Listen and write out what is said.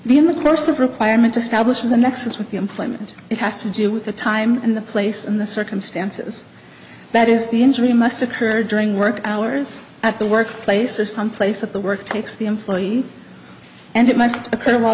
the in the course of requirement establishes a nexus with the employment it has to do with the time and the place and the circumstances that is the injury must occur during work hours at the workplace or some place at the work takes the employee and it must occur while